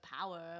power